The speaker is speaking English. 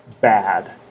bad